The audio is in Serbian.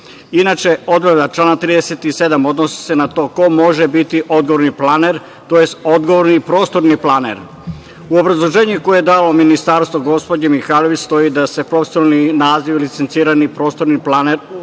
Inače, odredba člana 37. se odnosi na to ko može biti odgovorni planer, tj. odgovorni prostorni planer.U obrazloženju koje je dalo ministarstvo gospođe Mihajlović stoji da se naziv licencirani prostorni planer